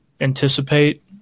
anticipate